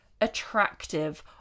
attractive